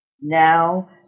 Now